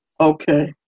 Okay